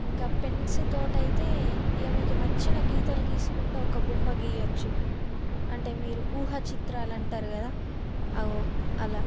ఇంకా పెన్స్తో అయితే ఇక మీకు నచ్చిన గీతలు గీసుకుంటు ఒక బొమ్మ గీయచ్చు అంటే మీరు ఊహ చిత్రాలు అంటారు కదా అగో అలా